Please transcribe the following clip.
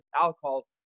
alcohol